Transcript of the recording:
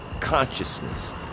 consciousness